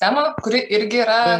temą kuri irgi yra